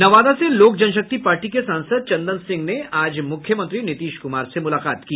नवादा से लोक जनशक्ति पार्टी के सांसद चंदन सिंह ने आज मुख्यमंत्री नीतीश कुमार से मुलाकात की